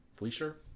Fleischer